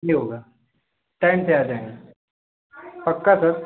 नहीं होगा टाइम से आ जाएँगे पक्का सर